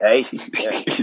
Hey